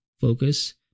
focus